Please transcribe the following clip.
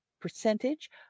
percentage